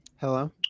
Hello